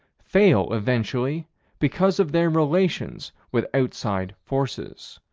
fail eventually because of their relations with outside forces.